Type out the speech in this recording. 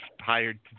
hired